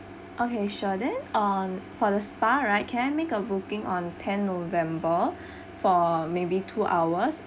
okay sure then on for the spa right can I make a booking on ten november for maybe two hours